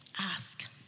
Ask